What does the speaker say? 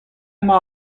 emañ